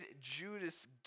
Judas